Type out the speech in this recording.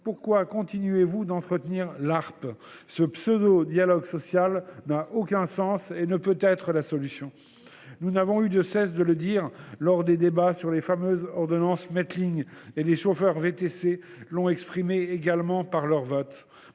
pourquoi continuez vous d’entretenir l’Arpe ? Ce pseudo dialogue social n’a aucun sens et ne peut être la solution ! Nous n’avons eu de cesse de le dire lors des débats sur les fameuses ordonnances Mettling, et les chauffeurs de VTC l’ont également exprimé par leur vote.